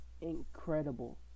incredible